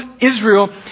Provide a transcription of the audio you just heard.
Israel